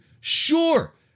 Sure